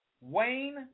Wayne